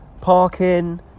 parking